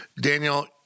Daniel